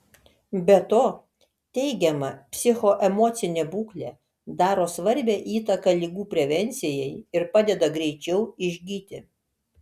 be to teigiama psichoemocinė būklė daro svarbią įtaką ligų prevencijai ir padeda greičiau išgyti